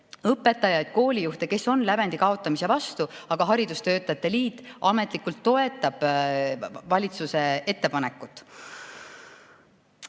õpetajaid ja koolijuhte, kes on lävendi kaotamise vastu, aga haridustöötajate liit ametlikult toetab valitsuse ettepanekut.